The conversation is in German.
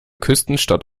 küstenstadt